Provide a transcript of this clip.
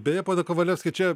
beje pone kavaliauski čia